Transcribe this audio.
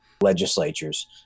legislatures